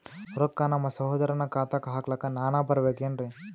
ರೊಕ್ಕ ನಮ್ಮಸಹೋದರನ ಖಾತಾಕ್ಕ ಹಾಕ್ಲಕ ನಾನಾ ಬರಬೇಕೆನ್ರೀ?